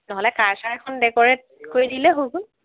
নহ'লে কাৰ চাৰ এখন ডেক'ৰেট কৰি দিলে হৈ গ'ল